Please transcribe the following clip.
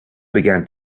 began